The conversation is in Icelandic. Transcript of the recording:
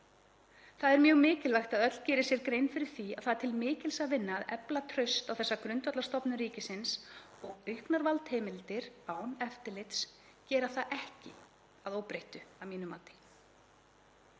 Það er mjög mikilvægt að öll geri sér grein fyrir því að það er til mikils að vinna að efla traust á þessa grundvallarstofnun ríkisins og auknar valdheimildir án eftirlits, gera það ekki að óbreyttu að mínu mati.